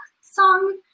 song